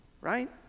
right